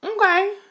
Okay